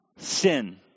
sin